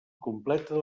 completa